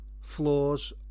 floors